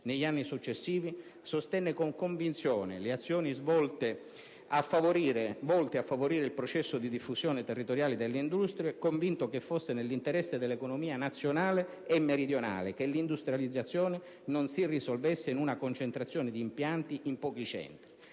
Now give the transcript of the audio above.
Negli anni successivi sostenne con convinzione le azioni volte a favorire il processo di diffusione territoriale delle industrie, convinto che fosse «nell'interesse dell'economia nazionale e meridionale che l'industrializzazione non si risolvesse in una concentrazione di impianti in pochi centri».